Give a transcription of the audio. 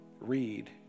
read